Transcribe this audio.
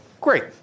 great